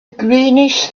greenish